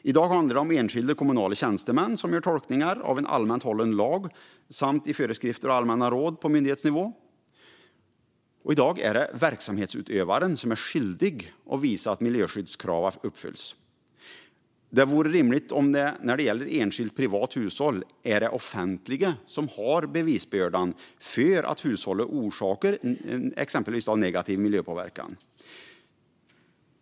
I dag handlar det om enskilda kommunala tjänstemän som gör tolkningar av en allmänt hållen lag samt i föreskrifter och allmänna råd på myndighetsnivå. Och i dag är det verksamhetsutövaren som är skyldig att visa att miljöskyddskraven uppfylls. Det vore rimligt om det när det gäller ett enskilt privat hushåll är det offentliga som har bevisbördan för att hushållet orsakar en negativ miljöpåverkan.